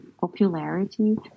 popularity